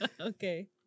Okay